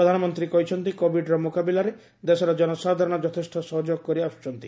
ପ୍ରଧାନମନ୍ତ୍ରୀ କହିଛନ୍ତି କୋବିଡ୍ର ମୁକାବିଲାରେ ଦେଶର ଜନସାଧାରଣ ଯଥେଷ୍ଟ ସହଯୋଗ କରିଆସୁଛନ୍ତି